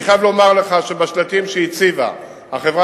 אני חייב לומר לך שבשלטים שהציבה החברה